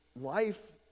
life